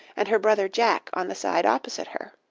and her brother jack on the side opposite her.